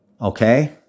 Okay